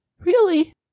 Really